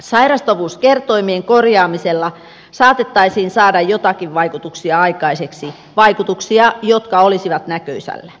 sairastavuuskertoimien korjaamisella saatettaisiin saada joitakin vaikutuksia aikaiseksi vaikutuksia jotka olisivat näkösällä